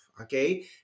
okay